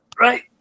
Right